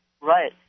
Right